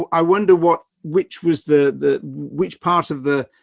um i wonder what, which was the, which part of the,